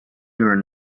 during